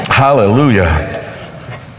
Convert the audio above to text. hallelujah